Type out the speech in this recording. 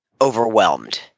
overwhelmed